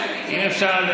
אם אפשר,